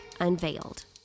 unveiled